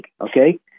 Okay